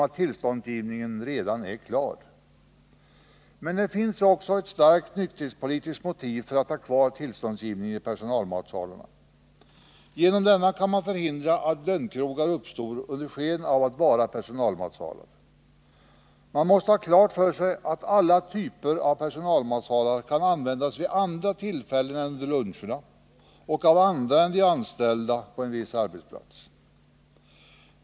Men tillståndsgivningen är ju redan klar. Men det finns också ett starkt nykterhetspolitiskt motiv för att ha kvar tillståndsgivningen i personalmatsalarna. Genom denna kan man förhindra att lönnkrogar uppstår under sken av att vara personalmatsalar. Man måste ha klart för sig att alla typer av personalmatsalar kan användas vid andra tillfällen än vid luncherna och av andra än de anställda på en viss arbetsplats.